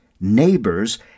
neighbors